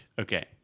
Okay